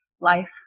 life